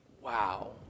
wow